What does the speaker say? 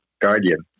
guardian